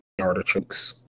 Artichokes